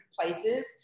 places